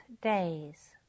days